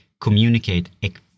Communicate